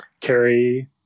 carry